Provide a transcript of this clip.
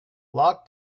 locke